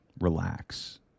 relax